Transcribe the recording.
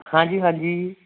ਹਾਂਜੀ ਹਾਂਜੀ